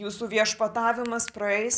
jūsų viešpatavimas praeis